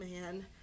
man